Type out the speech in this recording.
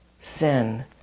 sin